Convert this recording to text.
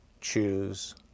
choose